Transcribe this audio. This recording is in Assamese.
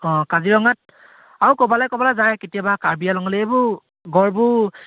অঁ কাজিৰঙাত আৰু ক'ৰবালৈ ক'ৰবালৈ যায় কেতিয়াবা কাৰ্বিআংলঙলৈ এইবোৰ গঁড়বোৰ